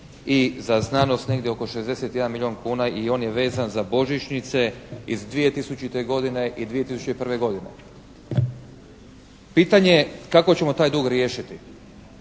i za znanost negdje oko 61 milijun kuna i on je vezan za božićnice iz 2000. godine i 2001. godine. Pitanje je kako ćemo taj dug riješiti.